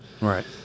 Right